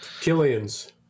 Killians